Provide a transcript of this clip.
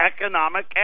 economic